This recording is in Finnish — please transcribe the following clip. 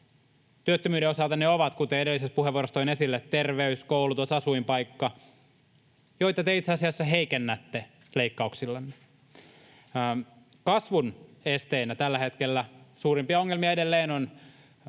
Työttömyyden osalta ne ovat, kuten edellisessä puheenvuorossa toin esille, terveys, koulutus ja asuinpaikka, joita te itse asiassa heikennätte leikkauksillanne. Kasvun esteenä tällä hetkellä suurimpia ongelmia edelleen on